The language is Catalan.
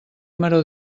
maror